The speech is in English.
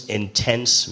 intense